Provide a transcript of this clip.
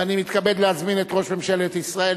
ואני מתכבד להזמין את ראש ממשלת ישראל,